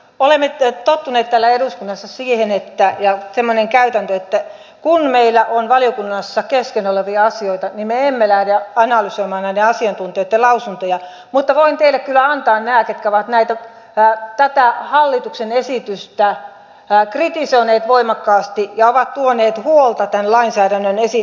olemme tottuneet täällä eduskunnassa siihen ja on semmoinen käytäntö että kun meillä on valiokunnassa kesken olevia asioita niin me emme lähde analysoimaan näiden asiantuntijoitten lausuntoja mutta voin teille kyllä antaa nämä ketkä ovat tätä hallituksen esitystä kritisoineet voimakkaasti ja ovat tuoneet huolta tästä lainsäädännöstä